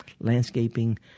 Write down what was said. landscaping